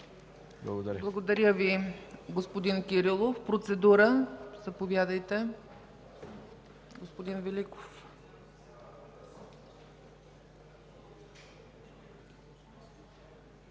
Благодаря Ви, господин Кирилов. Процедура. Заповядайте, господин Великов.